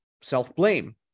self-blame